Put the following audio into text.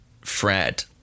Fred